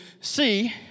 see